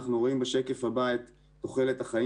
אנחנו רואים בשקף הבא את תוחלת החיים